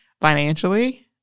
financially